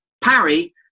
Parry